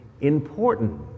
important